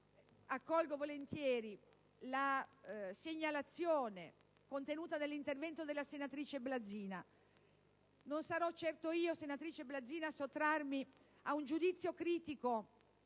accolgo volentieri una segnalazione contenuta nell'intervento della senatrice Blazina. Non sarò certo io a sottrarmi ad un giudizio critico